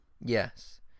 Yes